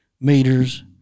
meters